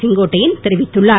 செங்கோட்டையன் தெரிவித்துள்ளார்